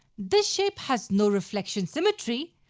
this shape has no reflection symmetry,